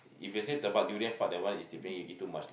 if you say the but durian fart that one is depend you eat too much lah